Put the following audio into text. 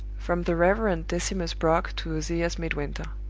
from the reverend decimus brock to ozias midwinter.